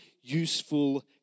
useful